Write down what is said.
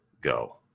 go